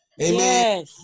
Amen